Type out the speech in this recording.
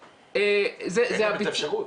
אין להם את האפשרות.